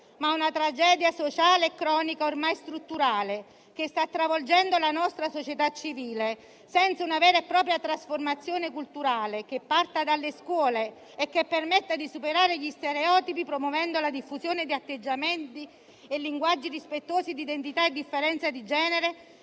ma una tragedia sociale e cronica ormai strutturale, che sta travolgendo la nostra società civile. Senza una vera e propria trasformazione culturale che parta dalle scuole e che permetta di superare gli stereotipi promuovendo la diffusione di atteggiamenti e linguaggi rispettosi di identità e differenza di genere,